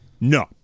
No